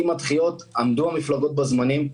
עם הדחיות המפלגות עמדו בזמנים,